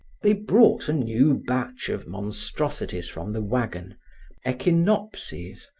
they brought a new batch of monstrosities from the wagon echinopses,